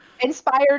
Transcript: Inspired